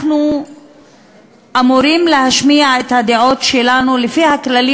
אנחנו אמורים להשמיע את הדעות שלנו לפי הכללים